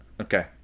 Okay